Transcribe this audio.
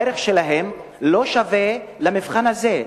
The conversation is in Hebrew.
הערך שלהן לא שווה למבחן הזה.